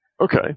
Okay